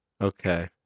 Okay